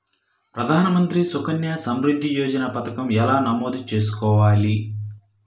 ప్రధాన మంత్రి సుకన్య సంవృద్ధి యోజన పథకం ఎలా నమోదు చేసుకోవాలీ?